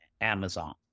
Amazon